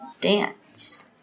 Dance